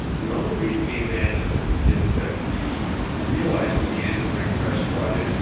the only reason we abandoned it is that we we realized we needed to bring fresh blood in.